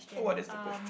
what is the question